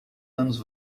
anos